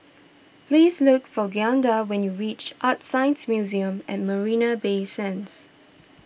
please look for Glynda when you reach ArtScience Museum at Marina Bay Sands